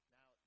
Now